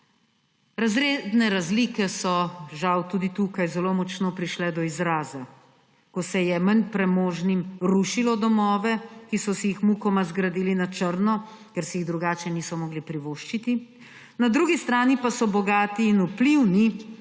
Razredne razlike so žal tudi tukaj zelo močno prišle do izraza, ko se je manj premožnim rušilo domove, ki so si jih mukoma zgradili na črno, ker si jih drugače niso mogli privoščiti, na drugi strani pa so bogati in vplivni